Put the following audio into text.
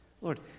Lord